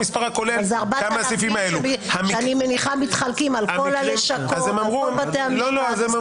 אני מניחה שזה 4,000 תיקים שמתחלקים בין כל הלשכות ובין כל בתי המשפט.